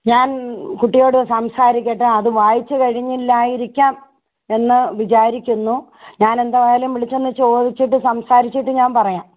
ഞാൻ കുട്ടിയോട് സംസാരിക്കട്ടെ അത് വായിച്ച് കഴിഞ്ഞില്ലായിരിക്കാം എന്ന് വിചാരിക്കുന്നു ഞാൻ എന്തായാലും വിളിച്ചൊന്ന് ചോദിച്ചിട്ട് സംസാരിച്ചിട്ട് ഞാൻ പറയാം